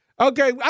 Okay